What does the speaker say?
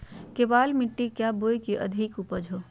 केबाल मिट्टी क्या बोए की अधिक उपज हो?